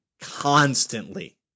constantly